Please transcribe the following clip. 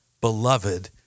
beloved